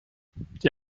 die